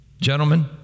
Gentlemen